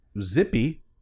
Zippy